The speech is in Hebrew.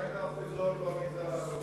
במגזר הערבי.